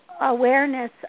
awareness